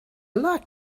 like